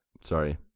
Sorry